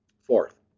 Fourth